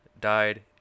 died